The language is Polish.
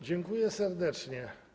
Dziękuję serdecznie.